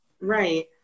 Right